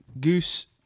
goose